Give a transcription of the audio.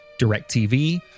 DirecTV